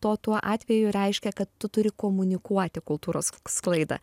to tuo atveju reiškia kad tu turi komunikuoti kultūros sklaidą